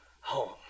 home